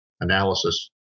analysis